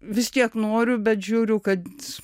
vis kiek noriu bet žiūriu kad